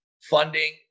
funding